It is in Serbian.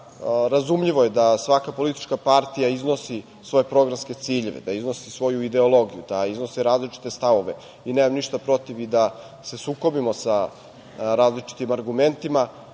razumljivo je da svaka politička partija iznosi svoje programske ciljeve, da iznosi svoju ideologiju, da iznose različite stavove, nemam ništa protiv ni da se sukobimo sa različitim argumentima,